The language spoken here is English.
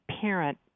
parent